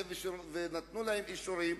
נתנו אישורים,